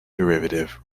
derivative